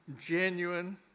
genuine